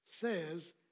says